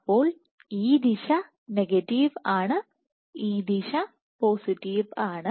അപ്പോൾ ഈ ദിശ നെഗറ്റീവ് ആണ് ഈ ദിശ പോസിറ്റീവ് ആണ്